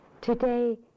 Today